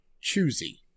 choosy